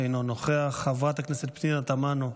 אינו נוכח, חברת הכנסת פנינה תמנו,